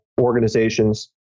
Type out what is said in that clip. organizations